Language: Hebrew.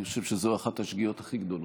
אני חושב שזאת אחת השגיאות הכי גדולות.